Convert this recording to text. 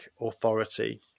authority